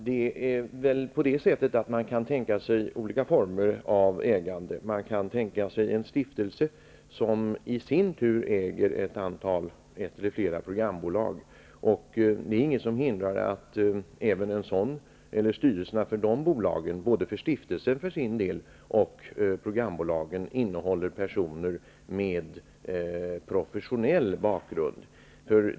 Herr talman! Man kan väl tänka sig olika former av ägande. Det kan vara en stiftelse som i sin tur äger ett eller flera programbolag. Ingenting hindrar att även styrelserna för dessa bolag, både stiftelsen och programbolagen, innehåller personer med professionell bakgrund.